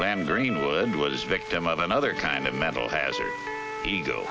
graham greenwood was victim of another kind of mental hazard ego